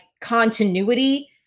continuity